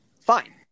fine